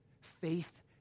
Faith